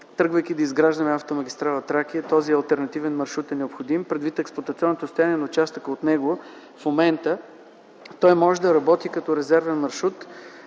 тръгвайки да изграждаме автомагистрала „Тракия”, този алтернативен маршрут е необходим? Предвид експлоатационното състояние на участъка от него в момента той може да работи като резервен маршрут,